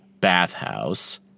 bathhouse